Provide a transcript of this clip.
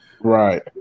Right